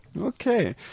Okay